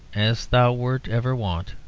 as thou wert ever wont